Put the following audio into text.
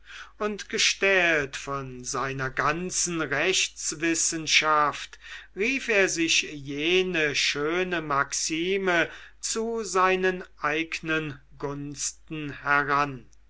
und gestählt von seiner ganzen rechtswissenschaft rief er sich jene schöne maxime zu seinen eignen gunsten heran